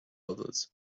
others